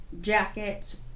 jackets